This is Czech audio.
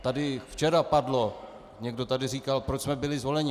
Tady včera padlo, někdo tady říkal, proč jsme byli zvoleni.